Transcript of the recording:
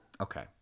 Okay